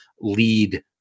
lead